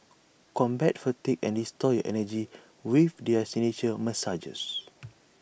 combat fatigue and restore your energy with their signature massages